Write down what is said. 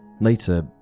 Later